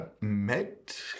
met